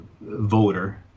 voter